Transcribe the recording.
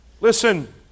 Listen